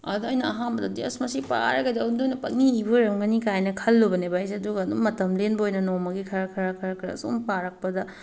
ꯑꯗꯣ ꯑꯩꯅ ꯑꯍꯥꯟꯕꯗꯗꯤ ꯑꯁ ꯃꯁꯤ ꯄꯥꯔꯒ ꯀꯩꯗꯧꯅꯗꯣꯏꯅꯣ ꯄꯪꯏ ꯏꯕ ꯑꯣꯏꯔꯝꯒꯅꯤ ꯀꯥꯏꯅ ꯈꯜꯂꯨꯕꯅꯦꯕ ꯑꯩꯁꯦ ꯑꯗꯨꯒ ꯑꯗꯨꯝ ꯃꯇꯝ ꯂꯦꯟꯕ ꯑꯣꯏꯅ ꯅꯣꯡꯃꯒꯤ ꯈꯔ ꯈꯔ ꯈꯔ ꯈꯔ ꯁꯨꯝ ꯄꯥꯔꯛꯄꯗ